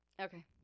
okay